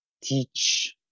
teach